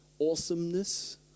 awesomeness